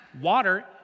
water